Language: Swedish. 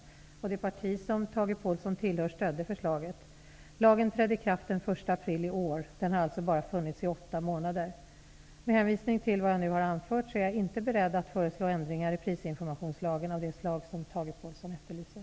Det parti som Tage Påhlsson tillhör stödde förslaget. Lagen trädde i kraft den 1 april i år. Den har alltså bara funnits i åtta månader. Med hänvisning till vad jag nu har anfört är jag inte beredd att föreslå ändringar i prisinformationslagen av det slag som Tage Påhlsson efterlyser.